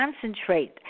concentrate